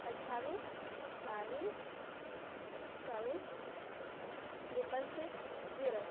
અઠ્ઠાવીસ બાવીસ ચોવીસ ટ્રિપલ સિક્સ જીરો